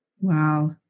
Wow